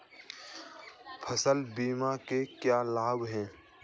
फसल बीमा के क्या लाभ हैं?